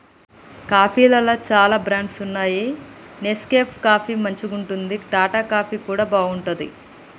కాఫీలల్ల చాల బ్రాండ్స్ వున్నాయి నెస్కేఫ్ కాఫీ మంచిగుంటది, టాటా కాఫీ కూడా బాగుంటది